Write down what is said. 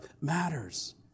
matters